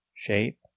shape